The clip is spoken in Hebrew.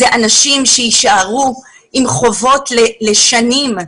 אלה אנשים שיישארו עם חובות לשנים.